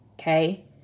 Okay